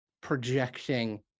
projecting